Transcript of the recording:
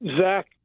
Zach